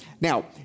Now